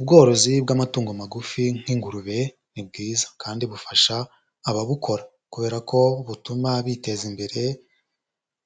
Ubworozi bw'amatungo magufi nk'ingurube ni bwiza, kandi bufasha ababukora kubera ko butuma biteza imbere,